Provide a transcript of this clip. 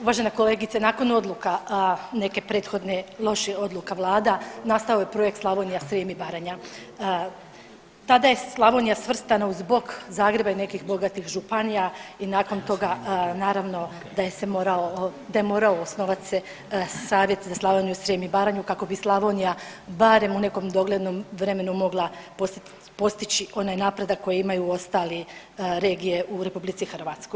Uvažena kolegice, nakon odluka neke prethodne loših odluka vlada nastao je projekt Slavonija, Srijem i Baranja tada je Slavonija svrstana uz bok Zagreba i nekih bogatih županija i nakon toga naravno da je se morao da je morao osnovat se Savjet za Slavoniju, Srijem i Baranju kako bi Slavonija barem u nekom doglednom vremenu mogla postići onaj napredak koje imaju ostale regije u RH.